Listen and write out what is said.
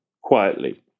quietly